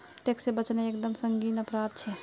tax से बचना एक दम संगीन अपराध छे